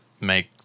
make